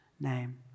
name